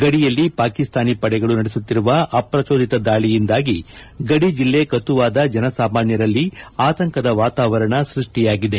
ಗಡಿಯಲ್ಲಿ ಪಾಕಿಸ್ತಾನ ಪಡೆಗಳು ನಡೆಸುತ್ತಿರುವ ಅಪ್ರಚೋದಿತ ದಾಳಿಯಿಂದಾಗಿ ಗಡಿ ಜಿಲ್ಲೆ ಕತುವಾದ ಜನಸಾಮಾನ್ನರಲ್ಲಿ ಆತಂಕದ ವಾತಾವರಣ ಸೃಷ್ಟಿಯಾಗಿದೆ